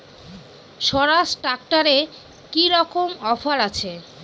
স্বরাজ ট্র্যাক্টরে কি রকম অফার আছে?